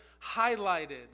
highlighted